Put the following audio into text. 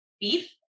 beef